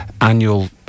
annual